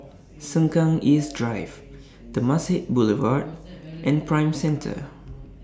Sengkang East Drive Temasek Boulevard and Prime Centre